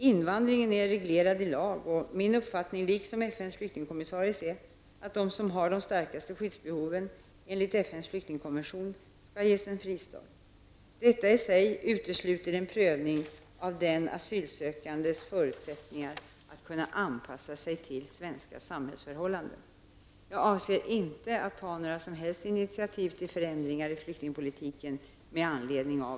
Invandringen är reglerad i lag, och min uppfattning, liksom FNs flyktingkommissaries, är att de som har de starkaste skyddsbehoven -- enligt FNs flyktingkonvention -- skall ges en fristad. Detta i sig utesluter en prövning av den asylsökandes förutsättningar att kunna anpassa sig till svenska samhällsförhållanden. Jag avser inte att ta några som helst initiativ till förändringar av flyktingpolitiken med anledning av